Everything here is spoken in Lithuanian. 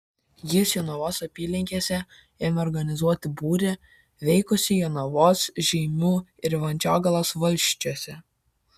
jis jonavos apylinkėse ėmė organizuoti būrį veikusį jonavos žeimių ir vandžiogalos valsčiuose